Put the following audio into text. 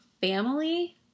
family